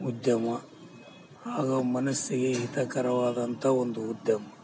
ಉದ್ಯಮ ಆಗ ಮನಸ್ಸಿಗೆ ಹಿತಕರವಾದಂಥ ಒಂದು ಉದ್ಯಮ